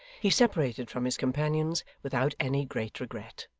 he separated from his companions without any great regret,